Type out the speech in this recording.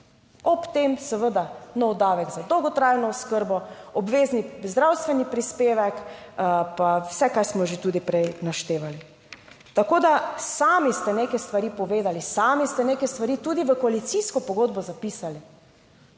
Ob tem seveda nov davek za dolgotrajno oskrbo, obvezni zdravstveni prispevek pa vse, kar smo že tudi prej naštevali. Tako da sami ste neke stvari povedali, sami ste neke stvari tudi v koalicijsko pogodbo zapisali.